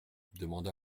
demanda